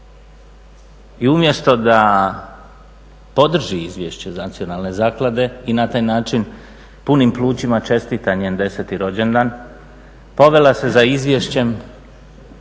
i umjesto da podrži izvješće nacionalne zaklade i na taj način punim plućima čestita njen 10. rođendan povela se za izvješćem